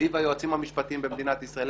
-- סביב היועצים המשפטיים במדינת ישראל.